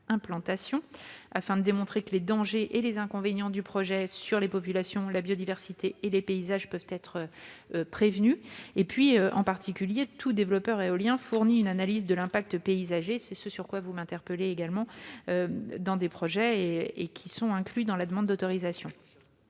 afin de démontrer que les dangers et les inconvénients du projet pour les populations, la biodiversité et les paysages peuvent être prévenus. En particulier, tout développeur éolien fournit une analyse de l'impact paysager du projet- vous m'interpellez sur ce point également -, qui est incluse dans la demande d'autorisation.